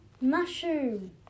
mushroom